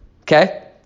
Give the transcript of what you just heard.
Okay